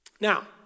Now